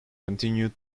continued